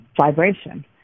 vibration